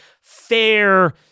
fair